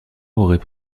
auraient